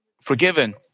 forgiven